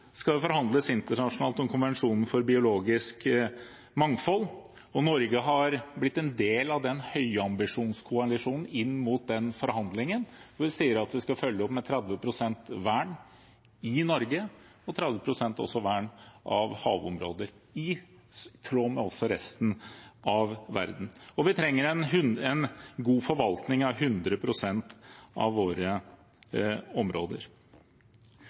skal det forhandles internasjonalt om konvensjonen for biologisk mangfold, og Norge har blitt en del av høyambisjonskoalisjonen inn mot den forhandlingen, hvor vi sier at vi skal følge opp med 30 pst. vern i Norge og 30 pst. vern også av havområder, i tråd med resten av verden. Vi trenger en god forvaltning av 100 pst. av våre områder.